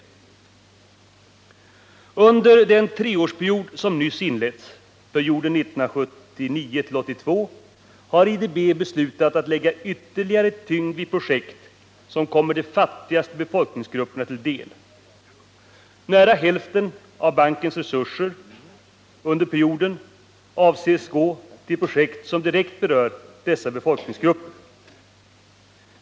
IDB har beslutat att under den fyraårsperiod som nyss har inletts — 1979-1982 — lägga ytterligare tyngd vid projekt som kommer de fattigaste befolkningsgrupperna till del. Nära hälften av bankens resurser avses under perioden gå till projekt som direkt berör dessa befolkningsgrupper.